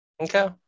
Okay